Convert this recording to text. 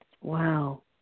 Wow